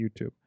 YouTube